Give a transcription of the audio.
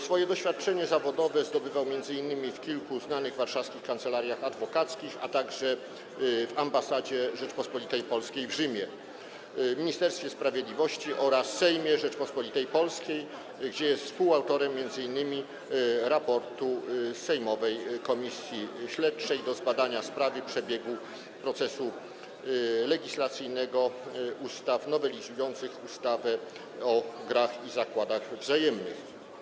Swoje doświadczenie zawodowe zdobywał m.in. w kilku znanych warszawskich kancelariach adwokackich, a także w Ambasadzie Rzeczypospolitej Polskiej w Rzymie, w Ministerstwie Sprawiedliwości oraz w Sejmie Rzeczypospolitej Polskiej, gdzie był współautorem m.in. raportu sejmowej Komisji Śledczej do zbadania sprawy przebiegu procesu legislacyjnego ustaw nowelizujących ustawę o grach i zakładach wzajemnych.